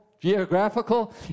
geographical